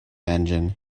engine